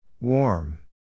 Warm